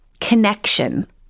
connection